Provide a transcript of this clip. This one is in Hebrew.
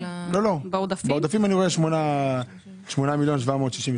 10 מיליון שקל